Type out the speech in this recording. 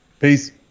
Peace